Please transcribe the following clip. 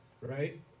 right